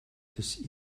des